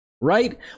right